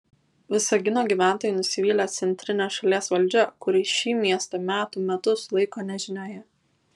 visagino gyventojai nusivylę centrine šalies valdžia kuri šį miestą metų metus laiko nežinioje